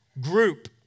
group